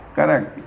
Correct